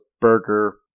burger